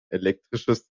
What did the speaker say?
elektrisches